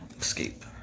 escape